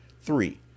Three